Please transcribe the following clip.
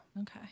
okay